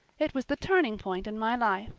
it was the turning point in my life.